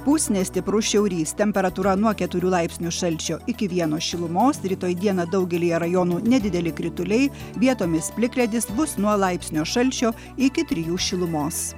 pūs nestiprus šiaurys temperatūra nuo keturių laipsnių šalčio iki vieno šilumos rytoj dieną daugelyje rajonų nedideli krituliai vietomis plikledis bus nuo laipsnio šalčio iki trijų šilumos